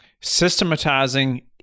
Systematizing